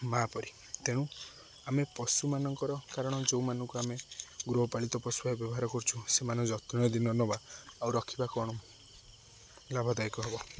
ମା' ପରି ତେଣୁ ଆମେ ପଶୁମାନଙ୍କର କାରଣ ଯେଉଁମାନଙ୍କୁ ଆମେ ଗୃହପାଳିତ ପଶୁ ଭାବେ ବ୍ୟବହାର କରୁଛୁ ସେମାନେ ଯତ୍ନ ଯଦି ନ ନେବା ଆଉ ରଖିବା କ'ଣ ଲାଭଦାୟକ ହେବ